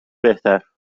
بهتر